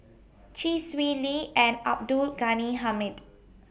Chee Swee Lee and Abdul Ghani Hamid